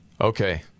Okay